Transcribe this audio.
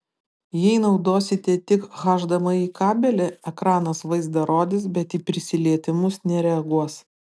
jei naudosite tik hdmi kabelį ekranas vaizdą rodys bet į prisilietimus nereaguos